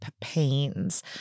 pains